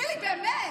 חילי, באמת.